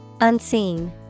Unseen